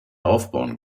aufbauen